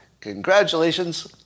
congratulations